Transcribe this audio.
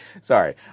sorry